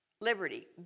liberty